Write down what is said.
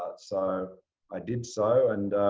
ah so i did so, and